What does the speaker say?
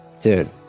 dude